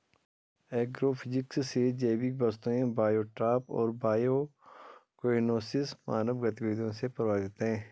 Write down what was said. agrophysics से जैविक वस्तुएं बायोटॉप और बायोकोएनोसिस मानव गतिविधि से प्रभावित हैं